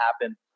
happen